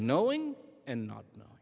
knowing and not kno